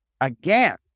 Again